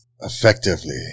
effectively